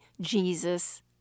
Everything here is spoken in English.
Jesus